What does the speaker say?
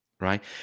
right